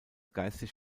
geistig